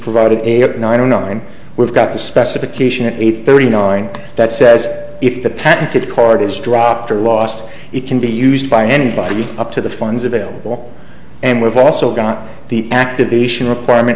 provided and i don't know when we've got the specification at eight thirty nine that says if the package cart is dropped or lost it can be used by anybody up to the funds available and we've also got the activation requirement